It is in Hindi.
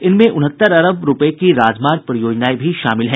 इनमें उन्हत्तर अरब रुपए की राजमार्ग परियोजनाएं भी शामिल हैं